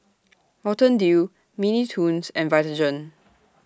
Mountain Dew Mini Toons and Vitagen